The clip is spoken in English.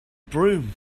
broom